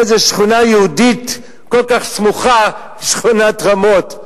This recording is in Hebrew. מאיזו שכונה יהודית כל כך סמוכה, שכונת רמות.